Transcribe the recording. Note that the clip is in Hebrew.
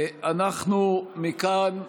אנחנו מכאן,